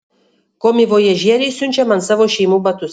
komivojažieriai siunčia man savo šeimų batus